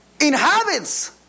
inhabits